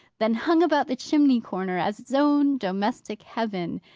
then hung about the chimney-corner as its own domestic heaven,